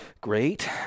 Great